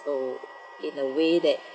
so in a way that